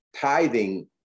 Tithing